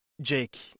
Jake